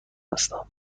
هستم